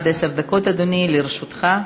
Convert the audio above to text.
עד עשר דקות, אדוני, לרשותך.